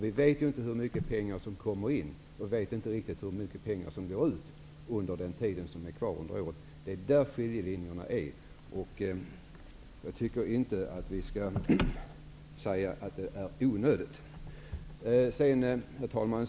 Vi vet ju inte hur mycket pengar som kommer in och inte heller hur mycket som går ut under den tid som är kvar av året. Det är här som skiljelinjen går. Jag tycker inte att det kan sägas att vårt krav är onödigt. Herr talman!